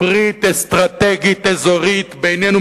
ברית אסטרטגית אזורית בינינו,